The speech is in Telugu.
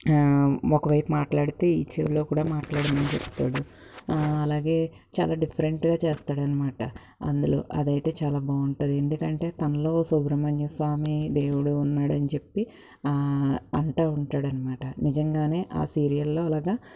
ఒకవైపు మాట్లాడితే ఈ చెవిలో కూడా మాట్లాడమని చెప్తాడు అలాగే చాలా డిఫరెంట్గా చేస్తాడన్మాట అందులో అదైతే చాలా బాగుంటుంది ఎందుకంటే తనలో సుబ్రమణ్యస్వామి దేవుడున్నాడని చెప్పి అంటా ఉంటాడన్మాట నిజంగానే ఆ సీరియల్లో అలాగా